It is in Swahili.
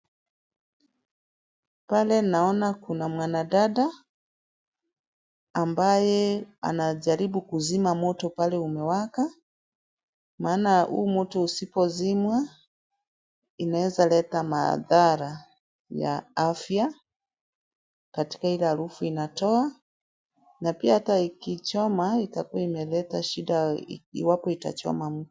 Pale naona kuna mwanadada, ambaye anajaribu kuzima moto pale umewaka, maana huu moto usipozimwa, inaweza leta madhara ya afya katika ile harufu inatoa na pia hata ikichoma itakuwa imeleta shida iwapo itachoma mtu.